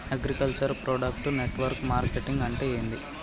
Agriculture product network marketing అంటే ఏంది?